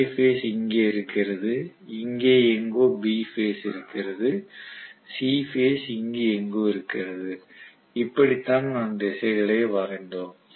A base இங்கே இருக்கிறது இங்கே எங்கோ B பேஸ் இருக்கிறது C பேஸ் இங்கு எங்கோ இருக்கிறது இப்படித்தான் நாம் திசைகளை வரைந்தோம்